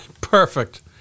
Perfect